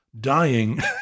dying